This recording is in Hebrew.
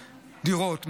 דירות,